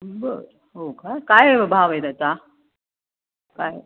बरं हो का काय भाव आहे त्याचा काय